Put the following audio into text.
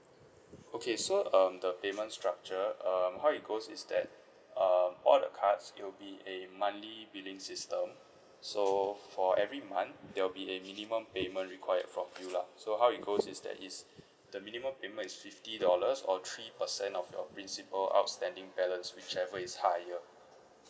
okay so um the payment structure um how it goes is that um all the cards it'll be a monthly billing system so for every month there will be a minimum payment required from you lah so how it goes is that is the minimum payment is fifty dollars or three percent of your principal outstanding balance whichever is higher